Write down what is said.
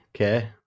okay